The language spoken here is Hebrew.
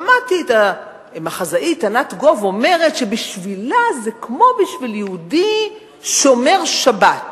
שמעתי את המחזאית ענת גוב אומרת שבשבילה זה כמו בשביל יהודי שומר שבת,